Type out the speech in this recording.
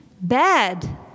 bad